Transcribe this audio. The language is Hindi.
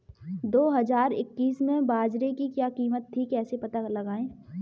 दो हज़ार इक्कीस में बाजरे की क्या कीमत थी कैसे पता लगाएँ?